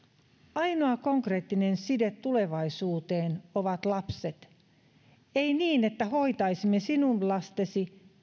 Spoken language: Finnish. ainoa konkreettinen side tulevaisuuteen ovat lapset ei niin että hoitaisimme sinun lastesi